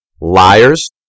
Liars